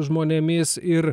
žmonėmis ir